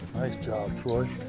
nice job, troy.